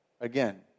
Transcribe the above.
again